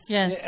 Yes